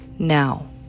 Now